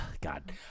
God